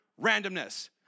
randomness